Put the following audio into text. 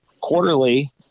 quarterly